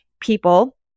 people